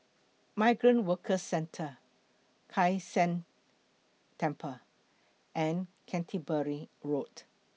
Migrant Workers Centre Kai San Temple and Canterbury Road